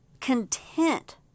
content